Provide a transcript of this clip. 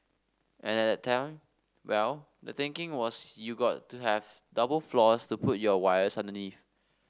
and at time well the thinking was you got to have double floors to put your wires underneath